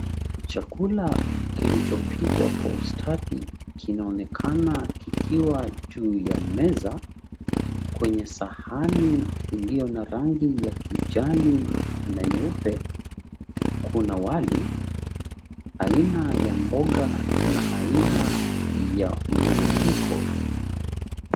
Chakula kilichopikwa kwa ustadi, kinaonekana kikiwa juu ya meza. Kwenye sahani iliyo na rangi ya kijani na nyeupe, kuna wali, aina ya mboga na aina ya mvurugiko.